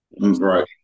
right